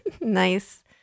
Nice